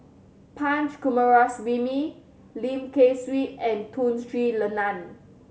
Punch Coomaraswamy Lim Kay Siu and Tun Sri Lanang